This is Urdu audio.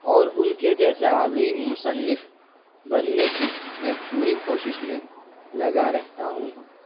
اور ان کے جیسا عظیم مصنف بننے کی میں پوری کوشش میں لگا رہتا ہوں